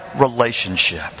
relationship